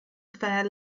fair